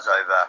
over